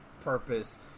purpose